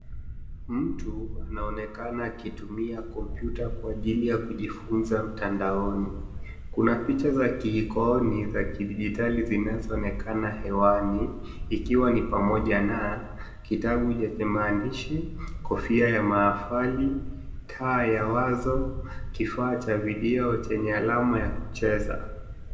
Mtu anaonekana akitumia kompyuta kwa ajili ya kujifunza mtandaoni. Kuna picha za kiaikoni za dijitali zinazoonekana hewani ikiwa ni pamoja na kitabu yenye maandishi, kofia ya mahafali, taa ya wazo, kifaa cha video chenye alama ya kucheza.